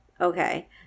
Okay